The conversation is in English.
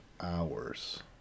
hours